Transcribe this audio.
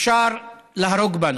אפשר להרוג בנו,